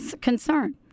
concern